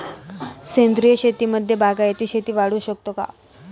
सेंद्रिय शेतीमध्ये बागायती शेती वाढवू शकतो का?